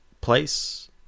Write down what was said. place